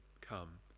come